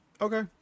okay